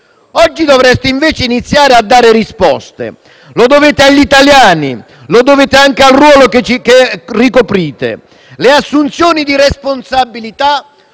Oggi dovreste invece iniziare a dare risposte: lo dovete agli italiani e anche al ruolo che ricoprite. Le assunzioni di responsabilità